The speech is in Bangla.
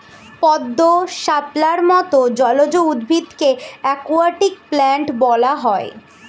পদ্ম, শাপলার মত জলজ উদ্ভিদকে অ্যাকোয়াটিক প্ল্যান্টস বলা হয়